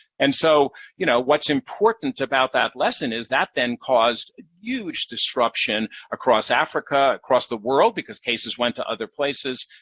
and so you know what's important about that lesson is that then caused huge disruption across africa, across the world, because cases went to other places.